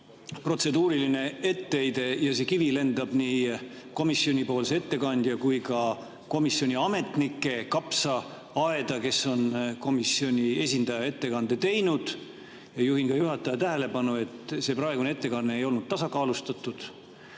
protseduuriline etteheide ja kivi lendab nii komisjonipoolse ettekandja kui ka komisjoni ametnike kapsaaeda, kes on komisjoni esindaja ettekande teinud. Juhin juhataja tähelepanu, et praegune ettekanne ei olnud tasakaalustatud.